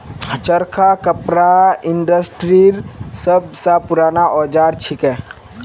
चरखा कपड़ा इंडस्ट्रीर सब स पूराना औजार छिके